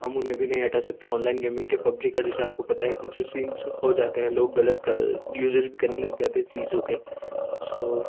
हम उन्हें भी नहीं हटा सकते ऑनलाइन गेमिंग के पब्जी का जैसे आपको पता है कुछ एक सीन्स हो जाते हैं लोग गलत यूज़ेज़ भी करने लग जाते हैं चीज़ों के सो